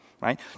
right